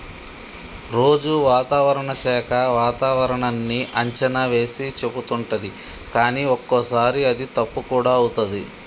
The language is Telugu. రోజు వాతావరణ శాఖ వాతావరణన్నీ అంచనా వేసి చెపుతుంటది కానీ ఒక్కోసారి అది తప్పు కూడా అవుతది